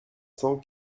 cent